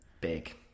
Big